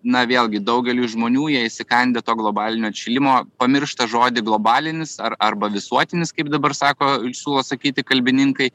na vėlgi daugeliui žmonių jie įsikandę to globalinio atšilimo pamiršta žodį globalinis ar arba visuotinis kaip dabar sako siūlo sakyti kalbininkai